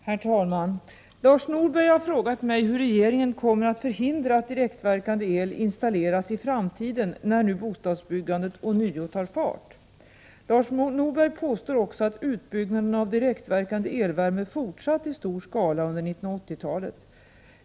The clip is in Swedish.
Herr talman! Lars Norberg har frågat mig hur regeringen kommer att förhindra att direktverkande el installeras i framtiden när nu bostadsbyggandet ånyo tar fart. Lars Norberg påstår också att utbyggnaden av direktverkande elvärme fortsatt i stor skala under 1980-talet.